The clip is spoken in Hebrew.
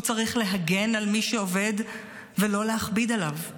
הוא צריך להגן על מי שעובד, ולא להכביד עליו.